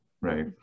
Right